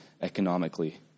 economically